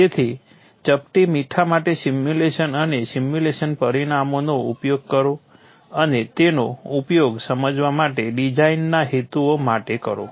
તેથી ચપટી મીઠા સાથે સિમ્યુલેશન અને સિમ્યુલેશન પરિણામોનો ઉપયોગ કરો અને તેનો ઉપયોગ સમજવા અને ડિઝાઇનના હેતુઓ માટે કરો